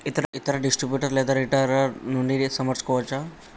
ఇతర డిస్ట్రిబ్యూటర్ లేదా రిటైలర్ నుండి సమకూర్చుకోవచ్చా?